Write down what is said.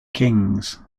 kings